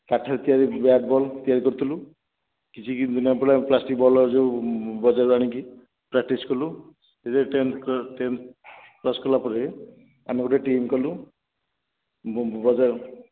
କାଠରେ ତିଆରି bat ball ତିଆରି କରୁଥିଲୁ କିଛି ଦିନ ପରେ ଆମେ ପ୍ଲାଷ୍ଟିକ୍ ବଲ୍ ଯେଉଁ ବଜାରରୁ ଆଣିକି ପ୍ରାକ୍ଟିସ୍ କଲୁ ସେତେବେଳେ ଟେନ୍ଥ୍ ଟେନ୍ଥ୍ ପାସ୍ କଲା ପରେ ଆମେ ଗୋଟେ ଟିମ୍ କଲୁ